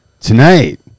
tonight